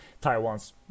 Taiwan's